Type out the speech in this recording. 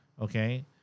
Okay